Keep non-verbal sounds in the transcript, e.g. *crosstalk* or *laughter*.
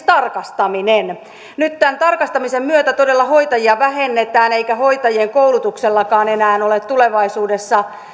*unintelligible* tarkistaminen nyt tämän tarkistamisen myötä todella hoitajia vähennetään eikä hoitajien koulutuksellakaan enää ole tulevaisuudessa